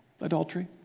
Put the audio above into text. adultery